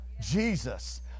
jesus